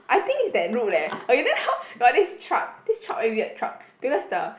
I think it's that route leh okay then hor got this truck this truck very weird truck because the